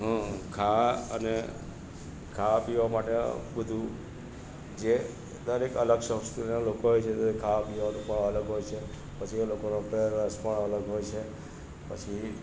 હું ખાવા અને ખાવા પીવા માટે બધુ જે દરેક અલગ સંસ્કૃતિના લોકો હોય છે તે ખાવા પીવાનું પણ અલગ હોય છે પછી એ લોકોનો પહેરવેશ પણ અલગ હોય સે પસી